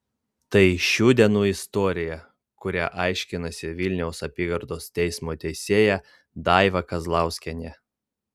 tai šių dienų istorija kurią aiškinasi vilniaus apygardos teismo teisėja daiva kazlauskienė